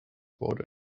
border